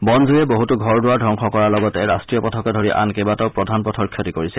বনজুয়ে বছতো ঘৰ দুৱাৰ ধবংস কৰাৰ লগতে ৰাষ্ট্ৰীয় পথকে ধৰি আন কেইবাটাও প্ৰধান পথৰ ক্ষতি কৰিছে